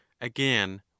again